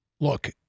look